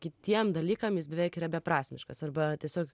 kitiem dalykam jis beveik yra beprasmiškas arba tiesiog